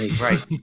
Right